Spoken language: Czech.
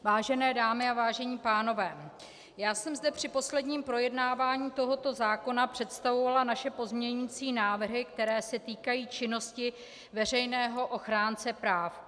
Vážené dámy a vážení pánové, já jsem zde při posledním projednávání tohoto zákona představovala naše pozměňovací návrhy, které se týkají činnosti veřejného ochránce práv.